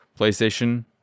PlayStation